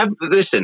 listen